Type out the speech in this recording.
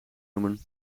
noemen